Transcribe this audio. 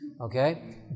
Okay